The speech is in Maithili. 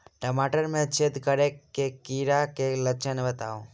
टमाटर मे छेद करै वला कीड़ा केँ लक्षण बताउ?